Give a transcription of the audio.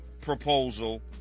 proposal